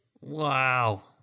Wow